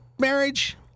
marriage